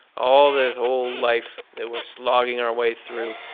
all of this whole life that we're slogging our way through.